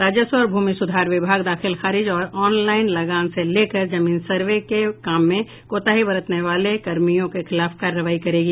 राजस्व और भूमि सुधार विभाग दाखिल खारिज और ऑनलाइन लगान से लेकर जमीन सर्वे के काम में कोताही बरतने वाले कर्मियों के खिलाफ कार्रवाई करेगी